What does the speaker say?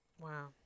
Wow